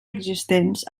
existents